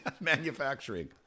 manufacturing